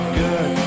good